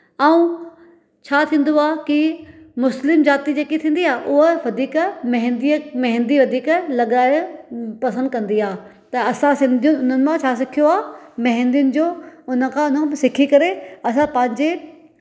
ऐं छा थीन्दो आह्व की मुस्लिम जाति जेके थींदी आहे उह वधीक मेहेंदी मेहेंदी वधीक लगाए पसंदि कंदी आहे त असां सिंधियूं हुननि मां छा सिखियो आहे मेहेंदी जो हुननि खां न सीखी करे असां पंहिंजे